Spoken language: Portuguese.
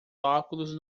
óculos